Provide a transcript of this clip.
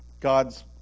God's